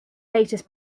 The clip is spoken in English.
latest